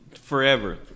Forever